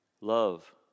Love